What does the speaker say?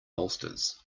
bolsters